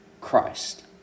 Christ